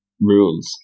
rules